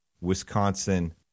Wisconsin